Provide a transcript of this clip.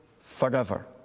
forever